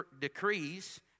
decrees